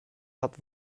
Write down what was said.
hat